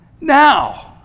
Now